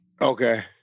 Okay